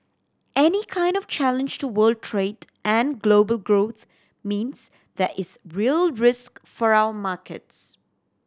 any kind of challenge to world trade and global growth means there is real risk for our markets